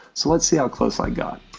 so let's see how close i got.